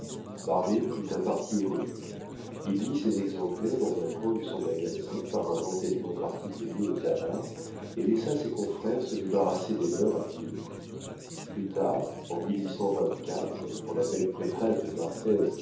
barbet prit un parti héroïque il mit ses exemplaires dans un coin de son magasin par un entêtement particulier aux avares et laissa ses confrères se débarrasser des leurs à vil prix plus tard en quand la belle préface de d'arthez